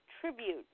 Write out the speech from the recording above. Tribute